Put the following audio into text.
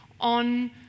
on